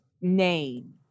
name